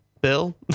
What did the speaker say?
Bill